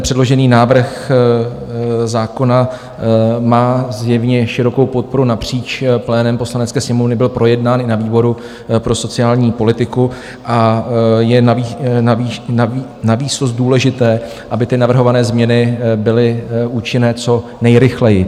Předložený návrh zákona má zjevně širokou podporu napříč plénem Poslanecké sněmovny, byl projednán i na výboru pro sociální politiku a je navýsost důležité, aby navrhované změny byly účinné co nejrychleji.